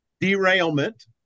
derailment